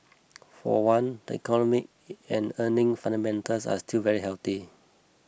for one the economic and earning fundamentals are still very healthy